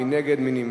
מי נגד?